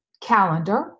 calendar